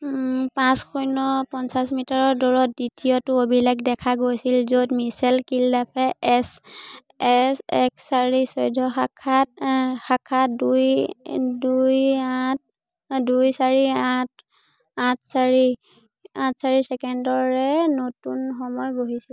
পাঁচ শূন্য পঞ্চাছ মিটাৰ দৌৰত দ্বিতীয়টো অভিলেখ দেখা গৈছিল য'ত মিচেল কিলডাফে এছ এছ এক চাৰি চৈধ্য শাখাত শাখাত দুই দুই আঠ দুই চাৰি আঠ আঠ চাৰি আঠ চাৰি ছেকেণ্ডেৰে নতুন সময় গঢ়িছিল